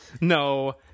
No